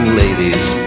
ladies